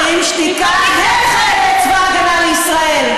שוברים שתיקה הם חיילי צבא ההגנה לישראל,